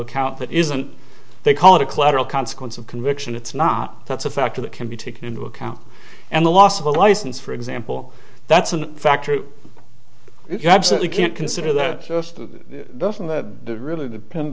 account that isn't they call it a collateral consequence of conviction it's not that's a factor that can be taken into account and the loss of a license for example that's an factor if you had said you can't consider that just to doesn't that really depend